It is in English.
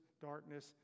darkness